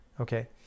Okay